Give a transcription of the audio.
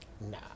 Nah